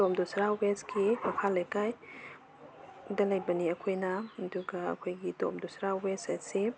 ꯇꯣꯞ ꯗꯨꯁꯥꯔꯥ ꯋꯦꯁꯀꯤ ꯃꯈꯥ ꯂꯩꯀꯥꯏꯗ ꯂꯩꯕꯅꯤ ꯑꯩꯈꯣꯏꯅ ꯑꯗꯨꯒ ꯑꯩꯈꯣꯏꯒꯤ ꯇꯣꯞ ꯗꯨꯁꯥꯔꯥ ꯋꯦꯁ ꯑꯁꯤ